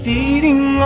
Feeding